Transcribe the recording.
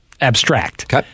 abstract